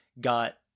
got